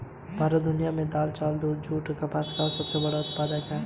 भारत दुनिया में दाल, चावल, दूध, जूट और कपास का सबसे बड़ा उत्पादक है